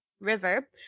river